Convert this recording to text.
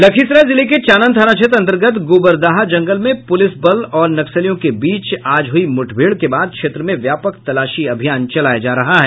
लखीसराय जिले के चानन थाना क्षेत्र अन्तर्गत गोबरदाहा जंगल में पुलिस बलों और नक्सलियों के बीच आज हुई मुठभेड़ के बाद क्षेत्र में व्यापक तलाशी अभियान चलाया जा रहा है